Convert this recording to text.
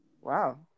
wow